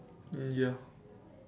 mm ya